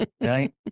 right